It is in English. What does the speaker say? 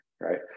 right